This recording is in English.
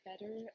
better